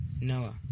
Noah